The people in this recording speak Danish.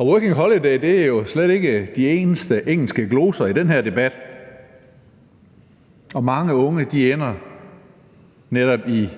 Working Holiday er jo slet ikke de eneste engelske gloser i den her debat, og mange unge ender netop i